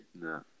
No